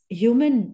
human